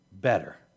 better